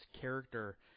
character